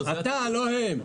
אתה, לא הם.